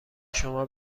شما